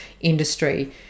industry